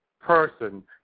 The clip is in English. person